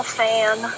fan